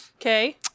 Okay